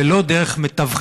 ולא דרך מתווכים,